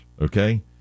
Okay